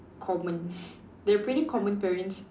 common they're pretty common parents